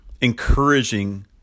encouraging